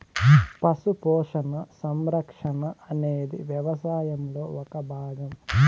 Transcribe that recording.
పశు పోషణ, సంరక్షణ అనేది వ్యవసాయంలో ఒక భాగం